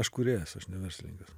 aš kūrėjas aš ne verslininkas